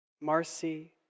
Marcy